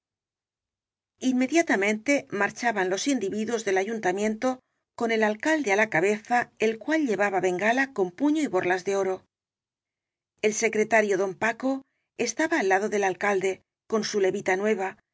inmediatamente marchaban los individuos del ayuntamiento con el alcalde á la cabeza el cual llevaba bengala con puño y borlas de oro el se cretario don paco estaba al lado del alcalde con su levita nueva